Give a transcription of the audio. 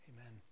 Amen